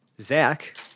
zach